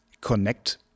connect